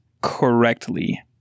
correctly